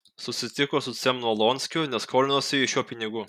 susitiko su cemnolonskiu nes skolinosi iš jo pinigų